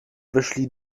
weszli